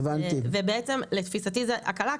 ובעצם לתפיסתי זו הקלה,